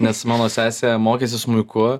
nes mano sesė mokėsi smuiku